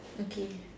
okay